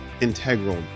integral